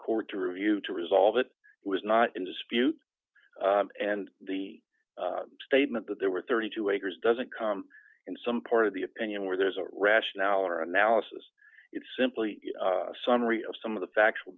court to review to resolve it was not in dispute and the statement that there were thirty two dollars acres doesn't come in some part of the opinion where there's a rationale or analysis it's simply a summary of some of the factual